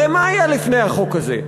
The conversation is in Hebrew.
הרי מה היה לפני החוק הזה?